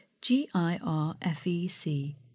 G-I-R-F-E-C